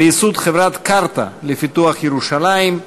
וייסוד חברת "קרתא" לפיתוח ירושלים,